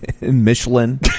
Michelin